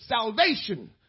salvation